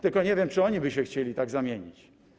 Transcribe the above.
Tylko nie wiem, czy oni by się chcieli tak zamienić.